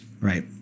right